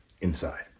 inside